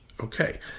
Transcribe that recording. Okay